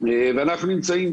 ואנחנו נמצאים,